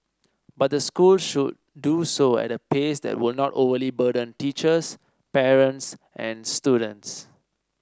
but the school should do so at a pace that would not overly burden teachers parents and students